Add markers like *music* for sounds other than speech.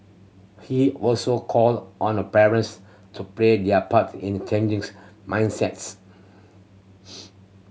he also called on the parents to play their part in the changing's mindsets *noise*